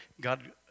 God